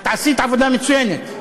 את עשית עבודה מצוינת.